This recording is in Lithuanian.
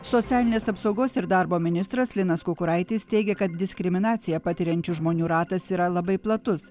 socialinės apsaugos ir darbo ministras linas kukuraitis teigia kad diskriminaciją patiriančių žmonių ratas yra labai platus